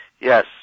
Yes